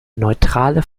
neutrale